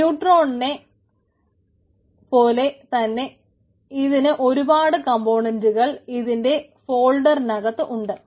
ന്യൂട്രോണിനെ പോലെ തന്നെ ഇതിന് ഒരുപാട് കംപോണന്റുകൾ ഇതിന്റെ ഫോൾഡറിനകത്ത് ഉണ്ട്